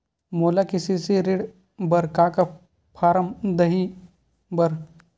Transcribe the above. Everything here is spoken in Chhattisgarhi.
मोला के.सी.सी ऋण बर का का फारम दही बर?